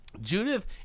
Judith